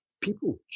people